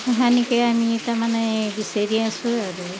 তেনেকেই আমি তাৰমানে বিচাৰি আছোঁ আৰু